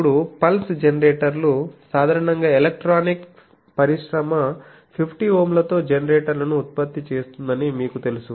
ఇప్పుడు పల్స్ జనరేటర్లు సాధారణంగా ఎలక్ట్రానిక్స్ పరిశ్రమ 50 Ωలతో జనరేటర్లను ఉత్పత్తి చేస్తుందని మీకు తెలుసు